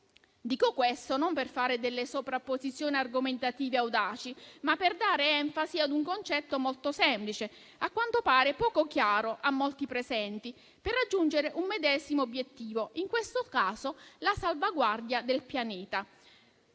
Dico questo non per fare delle sovrapposizioni argomentative audaci, ma per dare enfasi ad un concetto molto semplice, a quanto pare poco chiaro a molti presenti, per raggiungere un medesimo obiettivo, in questo caso la salvaguardia del pianeta.